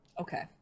okay